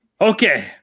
Okay